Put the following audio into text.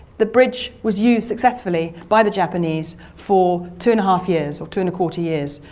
the bridge was used successfully by the japanese for two and a half years, or two and a quarter years.